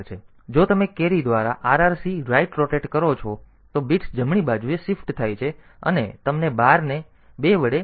બીજી બાજુ જો તમે કેરી દ્વારા RRC રાઇટ રોટેટ કરો છો તો બિટ્સ જમણી બાજુએ શિફ્ટ થાય છે અને તમને 12 ને 2 વડે ભાગવામાં આવે છે તેથી 6 મેળવો